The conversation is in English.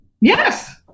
Yes